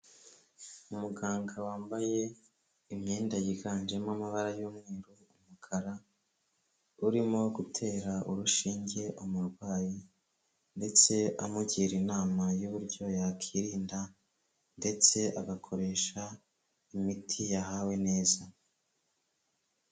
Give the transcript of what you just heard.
Umuganga wambaye imyenda yiganjemo amabara y'umweru n'umukara, urimo gutera urushinge umurwayi ndetse amugira inama y'uburyo yakirinda ndetse agakoresha imiti yahawe neza.